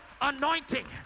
anointing